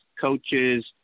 coaches